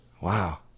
Wow